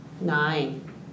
Nine